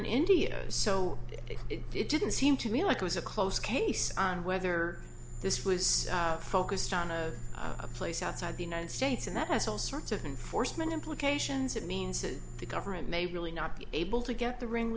in india so it didn't seem to me like was a close case on whether this was focused on a place outside the united states and that has all sorts of been foresman implications it means that the government may really not be able to get the ring